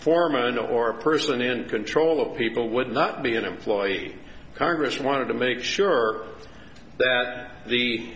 foreman or a person in control of people would not be an employee congress wanted to make sure that the